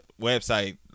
Website